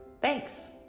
Thanks